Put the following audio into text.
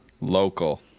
Local